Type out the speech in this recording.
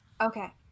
Okay